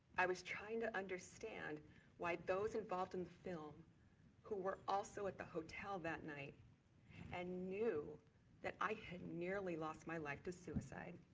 i was trying to understand why those involved in the film who were also at the hotel that night and knew that i had nearly lost my life to suicide,